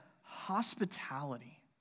hospitality